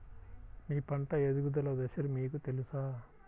మీ పంట ఎదుగుదల దశలు మీకు తెలుసా?